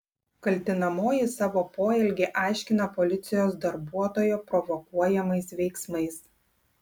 kaltinamoji savo poelgį aiškina policijos darbuotojo provokuojamais veiksmais